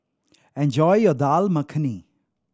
enjoy your Dal Makhani